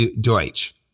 Deutsch